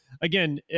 again